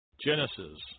Genesis